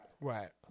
Right